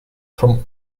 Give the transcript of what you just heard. from